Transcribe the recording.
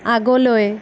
আগলৈ